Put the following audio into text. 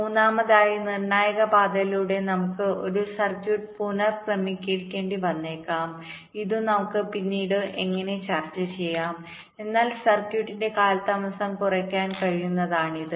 മൂന്നാമതായി നിർണായക പാതയിലൂടെ നമുക്ക് ഒരു സർക്യൂട്ട് പുനർ ക്രമീകരിക്കേണ്ടി വന്നേക്കാം ഇതും നമുക്ക് പിന്നീട് എങ്ങനെ ചർച്ച ചെയ്യാം എന്നാൽ സർക്യൂട്ടിന്റെ കാലതാമസം കുറയ്ക്കാൻ കഴിയുന്ന വിദ്യകളാണിത്